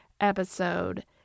episode